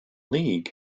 league